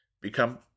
become